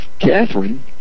Catherine